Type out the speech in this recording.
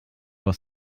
was